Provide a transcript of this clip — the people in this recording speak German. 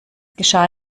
geschah